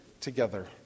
together